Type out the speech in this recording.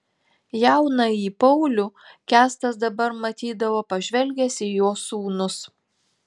jaunąjį paulių kęstas dabar matydavo pažvelgęs į jo sūnus